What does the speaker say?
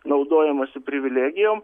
naudojamasi privilegijom